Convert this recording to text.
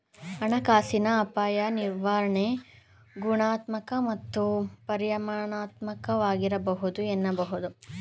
ಹಣಕಾಸಿನ ಅಪಾಯ ನಿರ್ವಹಣೆ ಗುಣಾತ್ಮಕ ಮತ್ತು ಪರಿಮಾಣಾತ್ಮಕವಾಗಿರಬಹುದು ಎನ್ನಬಹುದು